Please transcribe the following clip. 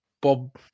Bob